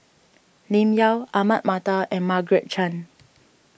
Lim Yau Ahmad Mattar and Margaret Chan